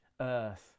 earth